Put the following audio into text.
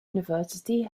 university